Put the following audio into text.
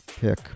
pick